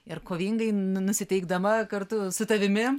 ir kovingai nu nusiteikdama kartu su tavimi